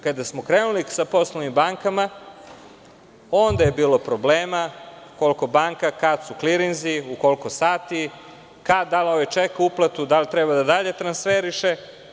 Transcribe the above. Kada smo krenuli sa poslovnim bankama onda je bilo problema, koliko banka, kad su klirinzi, u koliko sati, kad, da li ovaj ček, uplatu, da li treba da dalje transferiše.